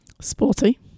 Sporty